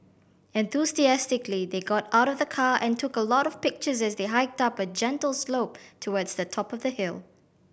enthusiastically they got out of the car and took a lot of pictures as they hiked up a gentle slope towards the top of the hill